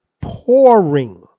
pouring